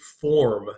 form